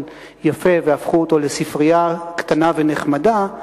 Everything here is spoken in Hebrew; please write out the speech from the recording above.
יפה והפכו אותו לספרייה קטנה ונחמדה,